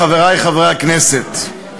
אני מקדם את חבר הכנסת יואל